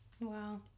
Wow